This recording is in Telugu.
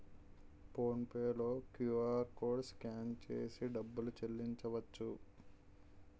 ఫోన్ పే లో క్యూఆర్కోడ్ స్కాన్ చేసి డబ్బులు చెల్లించవచ్చు